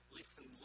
listen